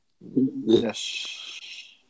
Yes